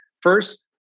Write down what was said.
first